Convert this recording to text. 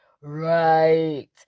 Right